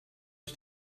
ich